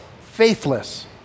faithless